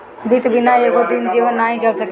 वित्त बिना एको दिन जीवन नाइ चल सकेला